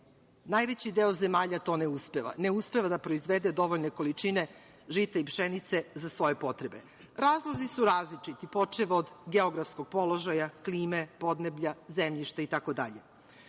najveći deo zemalja to ne uspeva, ne uspeva da proizvede dovoljne količine žita i pšenice za svoje potrebe. Razlozi su različiti, počev od geografskog položaja, klime, podneblja, zemljišta itd.